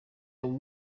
and